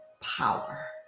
power